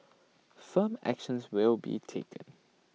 firm actions will be taken